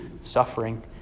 suffering